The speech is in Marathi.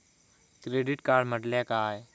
क्रेडिट कार्ड म्हटल्या काय?